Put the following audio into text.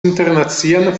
internacian